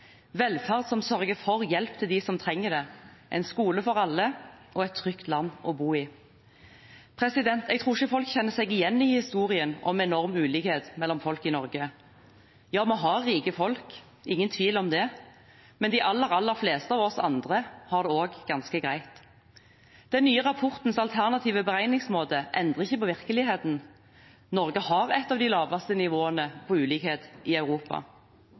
velferd som sørger for hjelp til dem som trenger det, en skole for alle og et trygt land å bo i. Jeg tror ikke folk kjenner seg igjen i historien om enorm ulikhet mellom folk i Norge. Ja, vi har rike folk, ingen tvil om det, men de aller, aller fleste av oss andre har det også ganske greit. Den nye rapportens alternative beregningsmåte endrer ikke på virkeligheten: Norge har et av de laveste nivåene med tanke på ulikhet i Europa.